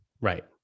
right